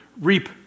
reap